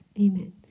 Amen